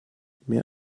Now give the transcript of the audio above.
mehr